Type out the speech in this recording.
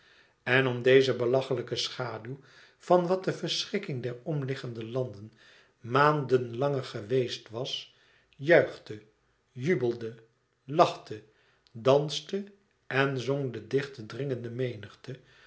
en om deze belachelijke schaduw van wat de verschrikking der omliggende landen maanden lange geweest was juichte jubelde lachte danste en zong de dichte dringende menigte